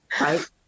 Right